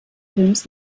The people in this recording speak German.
films